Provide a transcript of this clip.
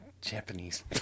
Japanese